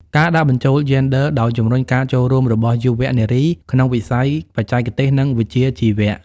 ការដាក់បញ្ចូលយេនឌ័រ ដោយជំរុញការចូលរួមរបស់យុវនារីក្នុងវិស័យបច្ចេកទេស និងវិជ្ជាជីវៈ។